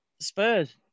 Spurs